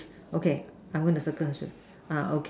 okay I'm gonna circle her shoes uh okay